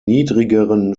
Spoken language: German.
niedrigeren